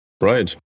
right